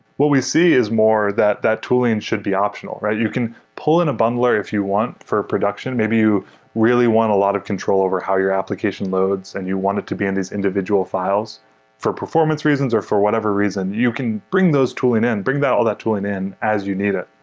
what we see is more that that tooling should be optional, right? you can pull in a bundler if you want for a production. maybe you really want a lot of control over how your application loads and you want it to be in this individual files for performance reasons or for whatever reason. you can bring those tooling in. bring all that tooling in as you need it.